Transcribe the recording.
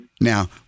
Now